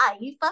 life